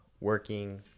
working